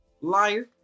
Liar